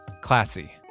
Classy